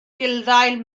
gulddail